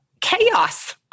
chaos